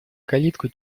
калитку